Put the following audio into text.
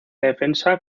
defensa